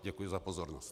Děkuji za pozornost.